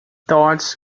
dodds